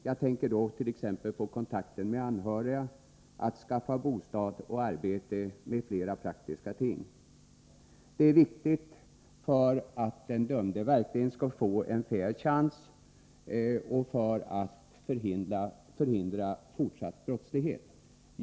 Jag tänker på t.ex. kontakten med anhöriga, på möjligheten att skaffa bostad och arbete osv. Det är viktigt för att den dömde verkligen skall få en fair chans och för att förhindra fortsatt brottslighet.